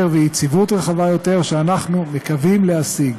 ויציבות רחבה יותר שאנחנו מקווים להשיג.